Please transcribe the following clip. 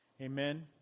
Amen